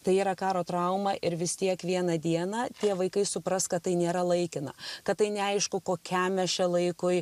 tai yra karo trauma ir vis tiek vieną dieną tie vaikai supras kad tai nėra laikina kad tai neaišku kokiam mes čia laikui